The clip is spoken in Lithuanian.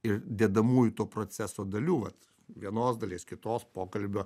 ir dedamųjų to proceso dalių vat vienos dalies kitos pokalbio